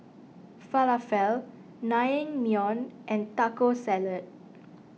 Falafel Naengmyeon and Taco Salad